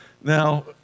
Now